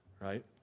right